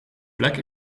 plek